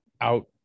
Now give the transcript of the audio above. out